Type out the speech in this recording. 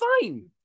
fine